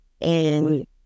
and-